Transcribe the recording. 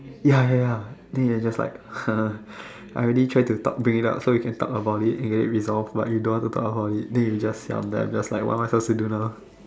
ya ya ya then you just like !huh! I already tried to talk bring it up so we can talk about it and get it resolved but you don't want to talk about it then you just siam then I'm just like what am I supposed to do now